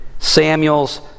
Samuel's